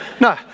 No